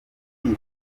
ati